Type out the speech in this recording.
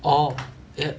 orh uh